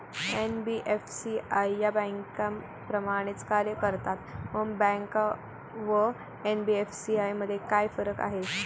NBFC या बँकांप्रमाणेच कार्य करतात, मग बँका व एन.बी.एफ.सी मध्ये काय फरक आहे?